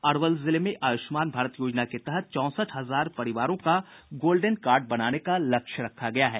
अरवल जिले में आयुष्मान भारत योजना के तहत चौसठ हजार परिवारों का गोल्डेन कार्ड बनाने का लक्ष्य रखा गया है